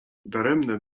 daremne